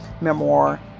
memoir